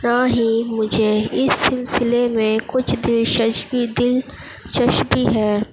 نہ ہی مجھے اس سلسلے میں کچھ بھی دلچسپی ہے